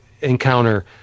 encounter